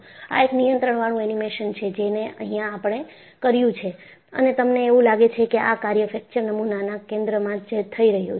આ એક નિયંત્રણવાળું એનિમેશન છે જેને અહિયાં આપણે કર્યું છે અને તમને એવું લાગે છે કે આ કાર્ય ફ્રેકચર નમૂનાના કેન્દ્રમાં થઈ રહ્યું છે